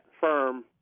firm